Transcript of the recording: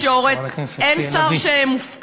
חברת הכנסת לביא.